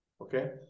Okay